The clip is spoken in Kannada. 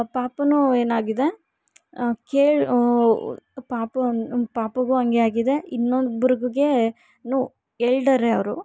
ಪಾಪುನು ಏನಾಗಿದೆ ಕೇಳಿ ಪಾಪುಗೂ ಹಂಗೆ ಪಾಪುಗೂ ಹಂಗೆ ಆಗಿದೆ ಇನ್ನೊಬ್ರಿಗೆ ಏನು ಎಲ್ಡರೇ ಅವರು